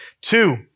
Two